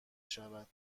شود